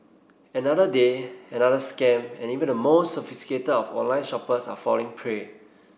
another day another scam and even the most sophisticated of online shoppers are falling prey